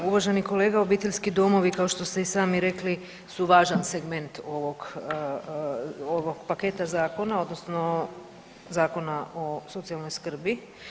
Uvaženi kolega, obiteljski domovi kao što ste i sami rekli su važan segment ovog paketa zakona odnosno Zakona o socijalnoj skrbi.